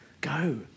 Go